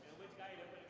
with nato.